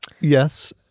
yes